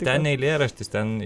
ten eilėraštis ten